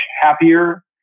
happier